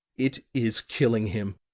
it is killing him,